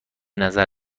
نظر